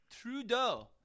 Trudeau